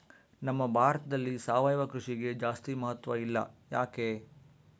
ನಮ್ಮ ಭಾರತದಲ್ಲಿ ಸಾವಯವ ಕೃಷಿಗೆ ಜಾಸ್ತಿ ಮಹತ್ವ ಇಲ್ಲ ಯಾಕೆ?